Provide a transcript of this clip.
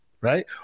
right